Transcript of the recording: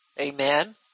Amen